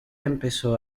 empezó